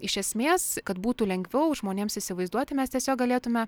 iš esmės kad būtų lengviau žmonėms įsivaizduoti mes tiesiog galėtume